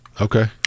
Okay